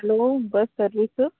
hello bus service